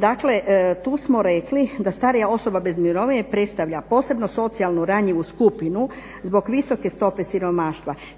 Dakle, tu smo rekli da starija osoba bez mirovine predstavlja posebno socijalnu ranjivu skupinu zbog visoke stope siromaštva.